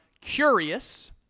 curious